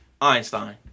Einstein